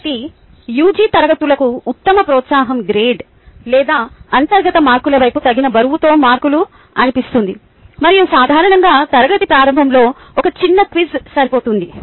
కాబట్టి యుజి తరగతులకు ఉత్తమ ప్రోత్సాహకం గ్రేడ్ లేదా అంతర్గత మార్కుల వైపు తగిన బరువుతో మార్కులు అనిపిస్తుంది మరియు సాధారణంగా తరగతి ప్రారంభంలో ఒక చిన్న క్విజ్ సరిపోతుంది